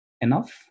enough